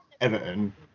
Everton